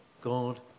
God